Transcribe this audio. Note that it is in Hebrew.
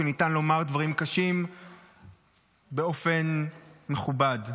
שניתן לומר דברים קשים באופן מכובד.